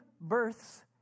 births